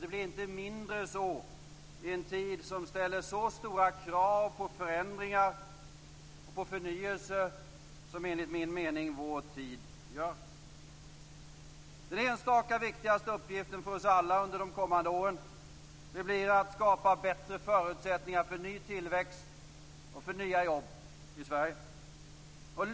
Det blir inte mindre så i en tid som ställer så stora krav på förändringar och på förnyelse som, enligt min mening, vår tid gör. Den enskilda viktigaste uppgiften för oss alla under de kommande åren blir att skapa bättre förutsättningar för ny tillväxt och för nya jobb i Sverige.